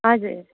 हजुर